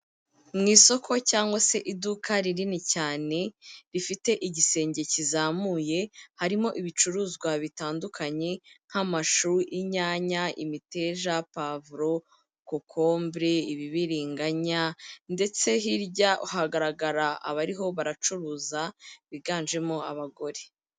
Mu isoko cyangwa se iduka rinini cyane rifite igisenge kizamuye, harimo ibicuruzwa bitandukanye, nk'amashu, y'inyanya, imiteja, pavuro, kokombure, ibibiringanya ndetse hirya hagaragara abariho baracuruza, biganjemo abagore.